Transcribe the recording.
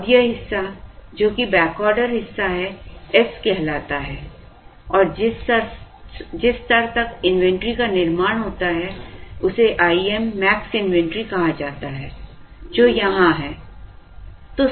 अब यह हिस्सा जो कि बैकऑर्डर हिस्सा है s कहलाता है और जिस स्तर तक इन्वेंट्री का निर्माण होता है उसे Im मैक्स इन्वेंट्री कहा जाता है जो यहां है